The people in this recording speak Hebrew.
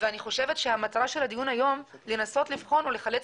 אני חושבת שמטרת הדיון היום היא לנסות לבחון ולחלץ